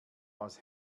aus